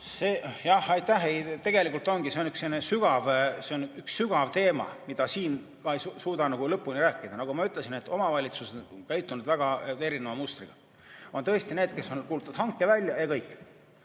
selline sügav teema, mida siin ei suuda lõpuni rääkida. Nagu ma ütlesin, omavalitsused on käitunud väga erineva mustri järgi. On tõesti need, kes on kuulutanud hanke välja, ja kõik.